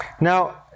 Now